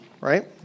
Right